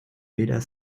weder